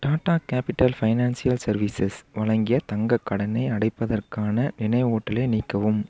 Tata capital financial services வழங்கிய தங்கக் கடனை அடைப்பதற்கான நினைவூட்டலை நீக்கவும்